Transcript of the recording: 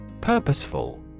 Purposeful